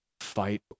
fight